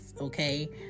okay